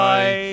Bye